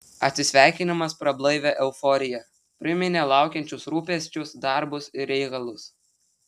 atsisveikinimas prablaivė euforiją priminė laukiančius rūpesčius darbus ir reikalus